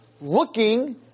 looking